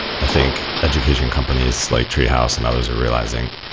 i think education companies like treehouse and others are realizing,